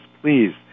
please